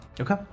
Okay